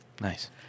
Nice